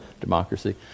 democracy